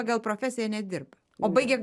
pagal profesiją nedirba o baigė